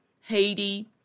Haiti